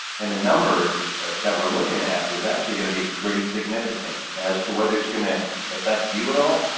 and the numbers that we're looking at is actually going to be pretty significant as to whether it's going to affect you at all,